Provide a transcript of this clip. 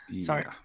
Sorry